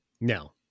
no